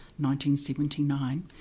1979